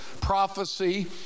prophecy